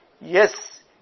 Yes